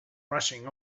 rushing